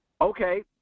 Okay